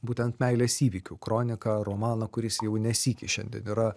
būtent meilės įvykių kroniką romaną kuris jau ne sykį šiandien yra